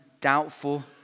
doubtful